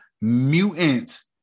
Mutants